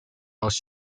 else